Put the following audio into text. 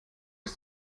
ist